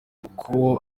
uko